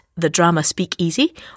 thedramaspeakeasy